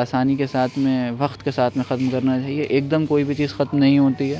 آسانی کے ساتھ میں وقت کے ساتھ میں ختم کرنا چاہیے ایک دم کوئی بھی چیز ختم نہیں ہوتی ہے